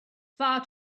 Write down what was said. far